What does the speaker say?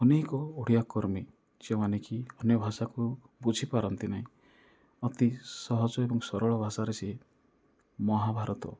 ଅନେକ ଓଡ଼ିଆ କର୍ମୀ ଯେଉଁମାନେ କି ଅନ୍ୟ ଭାଷାକୁ ବୁଝିପାରନ୍ତି ନାହିଁ ଅତି ସହଜ ଏବଂ ସରଳ ଭାଷାରେ ସେ ମହାଭାରତ